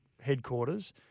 headquarters